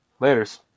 Laters